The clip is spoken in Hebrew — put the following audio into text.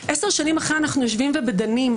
עשר שנים אחרי אנחנו יושבים ודנים.